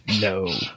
no